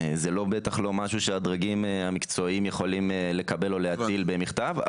זה בטח לא משהו שהדרגים המקצועיים יכולים לקבל בעצמם.